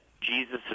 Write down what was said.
Jesus